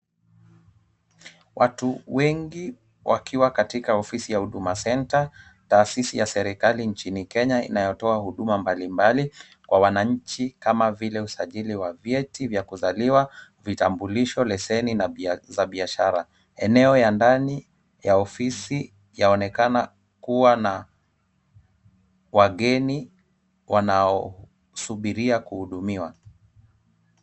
Watu wengi wakiwa katika ofisi ya huduma senta. Taasisi ya serikali nchini Kenya inayotoa huduma mbalimbali kwa wananchi kama vile usajili wa vyeti vya kuzaliwa, vitambulisho, leseni na za biashara. Eneo ya ndani ya ofisi yaonekana kuwa na wageni wanaosubiria kuhudumiwa.